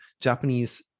Japanese